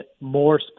more